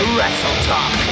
WrestleTalk